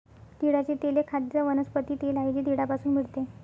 तिळाचे तेल एक खाद्य वनस्पती तेल आहे जे तिळापासून मिळते